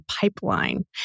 pipeline